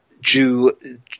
Jew